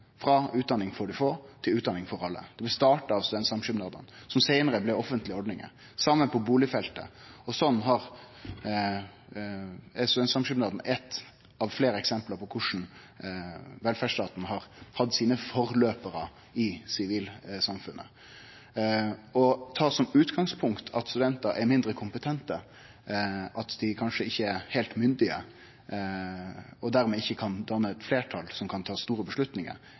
frå utdanning for dei få til utdanning for alle. Det blei starta av studentsamskipnadane og blei seinare offentlege ordningar. Det same på bustadfeltet. Sånn er studentsamskipnaden eitt av fleire eksempel på korleis velferdsstaten har hatt sine forløparar i sivilsamfunnet. Å ta som utgangspunkt at studentar er mindre kompetente, at dei kanskje ikkje er heilt myndige og dermed ikkje kan danne eit fleirtal som kan ta store